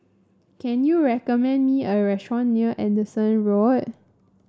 can you recommend me a restaurant near Anderson Road